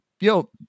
yo